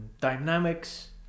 Dynamics